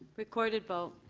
recorded vote.